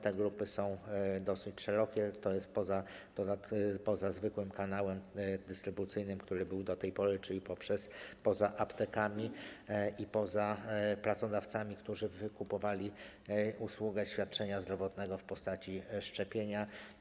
Te grupy są dosyć szerokie, to odbywa się poza zwykłym kanałem dystrybucyjnym, jaki był do tej pory, czyli poza aptekami i poza pracodawcami, którzy wykupywali usługę świadczenia zdrowotnego w postaci szczepienia.